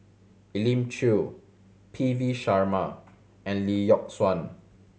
Elim Chew P V Sharma and Lee Yock Suan